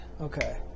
Okay